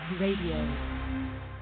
Radio